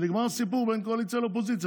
ונגמר הסיפור בין קואליציה לאופוזיציה.